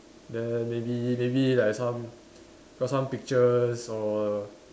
then maybe maybe like some got some pictures or